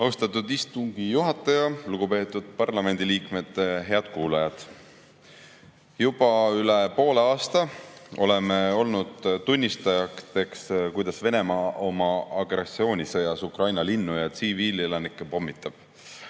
Austatud istungi juhataja! Lugupeetud parlamendiliikmed! Head kuulajad! Juba üle poole aasta oleme olnud tunnistajateks, kuidas Venemaa oma agressioonisõjas Ukraina linnu ja tsiviilelanikke pommitab.